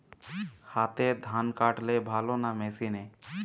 হাতে ধান কাটলে ভালো না মেশিনে?